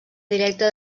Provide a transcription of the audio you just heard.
directe